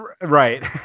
Right